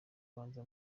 abanza